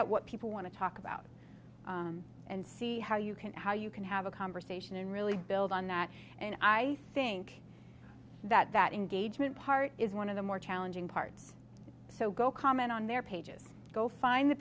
out what people want to talk about and see how you can how you can have a conversation and really build on that and i think that that engagement part is one of the more challenging parts so go comment on their pages go find the